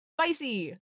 Spicy